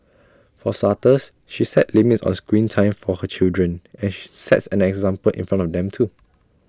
for starters she set limits on screen time for her children and she sets an example in front of them too